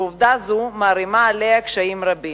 ועובדה זו מערימה עליה קשיים רבים: